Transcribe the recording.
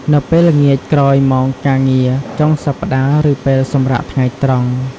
នៅពេលល្ងាចក្រោយម៉ោងការងារ ចុងសប្តាហ៍ ឬពេលសម្រាកថ្ងៃត្រង់។